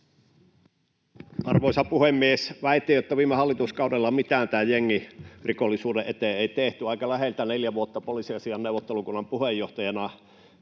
Arvoisa puhemies! Väitteeseen, että viime hallituskaudella ei mitään tämän jengirikollisuuden eteen tehty: aika lähelle neljä vuotta poliisiasiain neuvottelukunnan puheenjohtajana